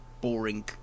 boring